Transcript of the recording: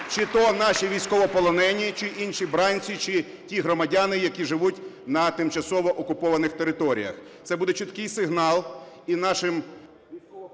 Чи то наші військовополонені, чи інші бранці, чи ті громадяни, які живуть на тимчасово окупованих територіях. Це буде чіткий сигналі нашим… ГОЛОВУЮЧИЙ.